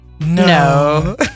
No